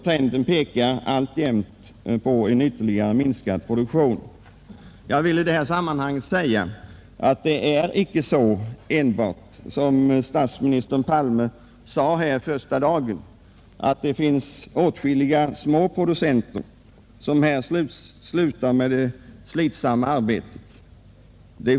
Trenden pekar därtill alltjämt på en ytterligare minskad produktion. Jag vill i detta sammanhang påpeka, att det icke — som statsminister Palme påstod under remissdebattens första dag — enbart är åtskilliga småproducenter som slutat med sitt slitsamma arbete.